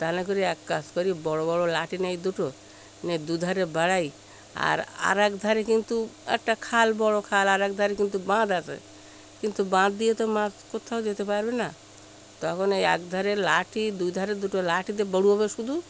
তাহলে করি এক কাজ করি বড় বড় লাঠি নিই দুটো নিই দুধারে বাড়াই আর আর এক ধারে কিন্তু একটা খাল বড় খাল আর এক ধারে কিন্তু বাঁধ আছে কিন্তু বাঁধ দিয়ে তো মাছ কোথাও যেতে পারবে না তখন এই এক ধারে লাঠি দুই ধারে দুটো লাঠি দিয়ে বড় হবে শুধু